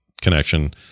connection